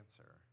answer